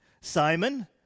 Simon